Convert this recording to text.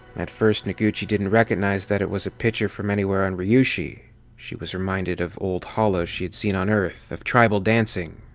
at first, noguchi didn't recognize that it was a picture from anywhere on ryushi she was reminded of old holos she had seen on earth, of tribal dancing,